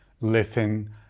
Listen